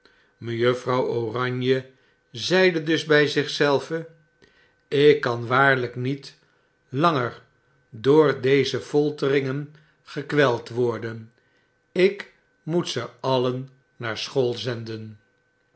mejuffrouw oranje zeide dus bg zich zelve ik kan waarlijk niet langer door deze folteringen gekweld worden ik moet ze alien naar school zenden